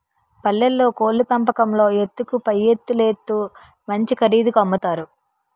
పల్లెల్లో కోళ్లు పెంపకంలో ఎత్తుకు పైఎత్తులేత్తు మంచి ఖరీదుకి అమ్ముతారు